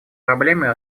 проблемой